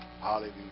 Hallelujah